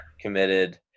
committed